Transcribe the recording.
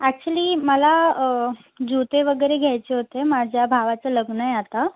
actually मला जूते वगैरे घ्यायचे होते माझ्या भावाचं लग्न आहे आता